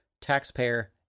taxpayer